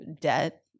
debt